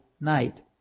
night